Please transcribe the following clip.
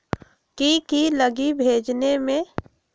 की की लगी भेजने में?